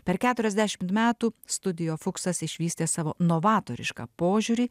per keturiasdešimt metų studio fuksas išvystė savo novatorišką požiūrį